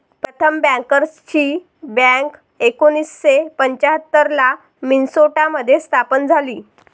प्रथम बँकर्सची बँक एकोणीसशे पंच्याहत्तर ला मिन्सोटा मध्ये स्थापन झाली